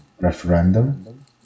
referendum